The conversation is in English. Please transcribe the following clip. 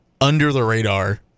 under-the-radar